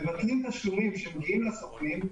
מבטלים תשלומים שמגיעים לסוכנים,